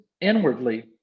inwardly